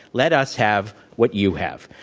let us have what you have.